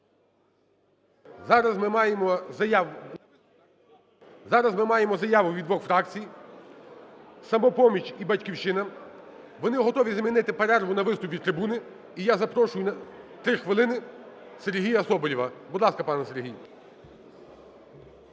Зараз ми маємо заяву від двох фракцій: "Самопоміч" і "Батьківщина". Вони готові замінити перерву на виступ від трибуни. І я запрошую 3 хвилини Сергія Соболєва. Будь ласка, пане Сергій.